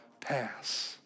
pass